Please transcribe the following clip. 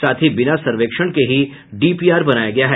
साथ ही बिना सर्वेक्षण के ही डीपीआर बनाया गया है